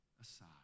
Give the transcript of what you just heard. aside